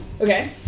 Okay